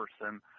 person